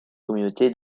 communauté